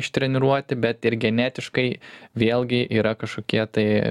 ištreniruoti bet ir genetiškai vėlgi yra kažkokie tai